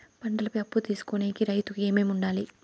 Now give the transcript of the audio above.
పంటల పై అప్పు తీసుకొనేకి రైతుకు ఏమేమి వుండాలి?